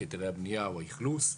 היתרי הבנייה או האכלוס.